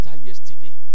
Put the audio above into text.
yesterday